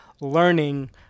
learning